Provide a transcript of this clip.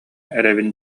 эрэбин